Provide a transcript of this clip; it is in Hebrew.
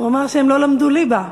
הוא אמר שהם לא למדו ליבה.